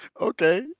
Okay